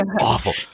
awful